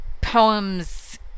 poems